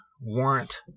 Warrant